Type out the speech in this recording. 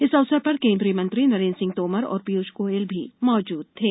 इस अवसर पर केंद्रीय मंत्री नरेंद्र सिंह तोमर और पीयूष गोयल भी मौजूद थे